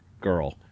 girl